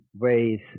ways